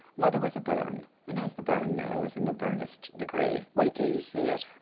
mother was a byrne and has the byrne nose in the byrnest degree. wait till you see it.